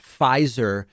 Pfizer